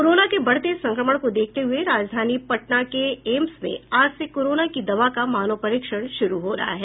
corona के बढ़ते संक्रमण को देखते हये राजधानी पटना के एम्स में आज से कोरोना की दवा का मानव परीक्षण शुरू हो रहा है